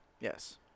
Yes